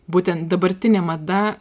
būtent dabartinė mada